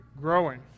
growing